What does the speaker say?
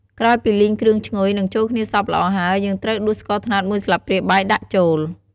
ក្រោយពីលីងគ្រឿងឈ្ងុយ និងចូលគ្នាសព្វល្អហើយ យើងត្រូវដួសស្ករត្នោតមួយស្លាបព្រាបាយដាក់ចូល។